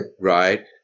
Right